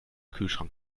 kühlschrank